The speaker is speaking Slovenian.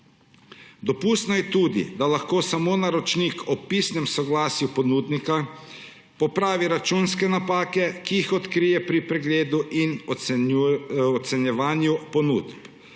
Dopustno je tudi, da lahko samo naročnik ob pisnem soglasju ponudnika popravi računske napake, ki jih odkrije pri pregledu in ocenjevanju ponudb.